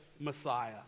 messiah